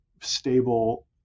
stable